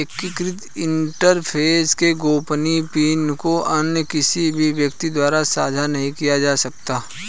एकीकृत इंटरफ़ेस के गोपनीय पिन को अन्य किसी भी व्यक्ति द्वारा साझा नहीं किया जा सकता